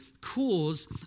cause